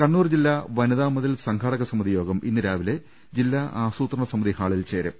കണ്ണൂർജില്ലാ വനിതാമതിൽ സംഘാടകസമിതിയോഗം ഇന്ന് രാവിലെ ജില്ലാ ആസൂത്രണസമിതി ഹാളിൽ ചേരും